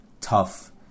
tough